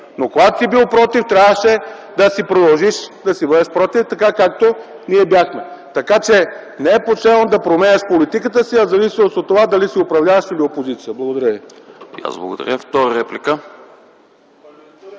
Когато си бил против, трябваше да си продължиш да бъдеш против, така както ние бяхме. Не е почтено да променяш политиката си в зависимост от това дали си управляващ или опозиция. Благодаря